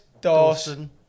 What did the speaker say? Dawson